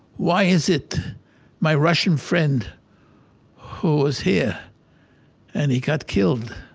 why is it my russian friend who was here and he got killed,